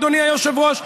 אדוני היושב-ראש?